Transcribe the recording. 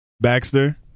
Baxter